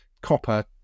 copper